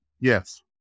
Yes